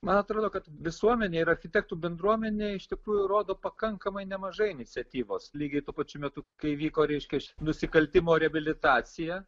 man atrodo kad visuomenė ir architektų bendruomenė iš tikrųjų rodo pakankamai nemažai iniciatyvos lygiai tuo pačiu metu kai vyko reiškia nusikaltimo reabilitacija